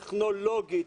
טכנולוגית,